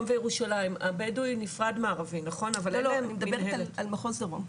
אני מדברת על מחוז דרום.